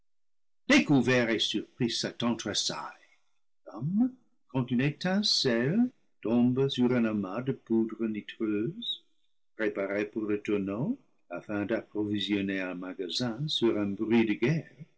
découvert et surpris satan tressaille comme quand une étincelle tombe sur un amas de poudre nitreuse préparée pour le tonneau afin d'approvisionner un magasin sur un bruit de guerre